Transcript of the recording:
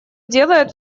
делает